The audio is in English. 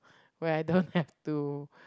where I don't have to